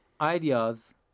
ideas